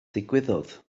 ddigwyddodd